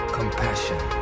compassion